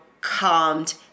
calmed